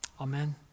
Amen